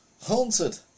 haunted